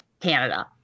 Canada